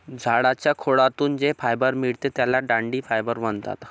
झाडाच्या खोडातून जे फायबर मिळते त्याला दांडी फायबर म्हणतात